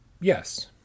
Yes